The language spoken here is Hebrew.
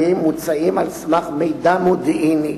אתה רשאי להשיב על התנגדות חבר הכנסת מגלי והבה.